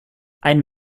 ein